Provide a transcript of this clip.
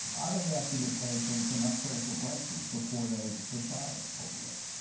are they asking their patients enough critical questions before they prescribe opiates?